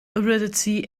aridity